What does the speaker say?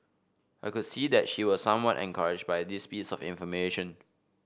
I could see that she was somewhat encouraged by this piece of information